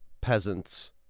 peasants